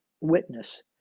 witness